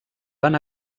van